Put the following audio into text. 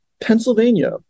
Pennsylvania